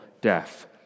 death